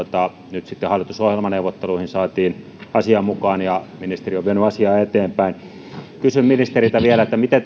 nyt sitten hallitusohjelmaneuvotteluihin saatiin asia mukaan ja ministeri on vienyt asiaa eteenpäin kysyn ministeriltä vielä miten